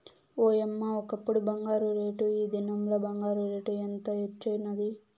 ఓయమ్మ, ఒకప్పుడు బంగారు రేటు, ఈ దినంల బంగారు రేటు ఎంత హెచ్చైనాది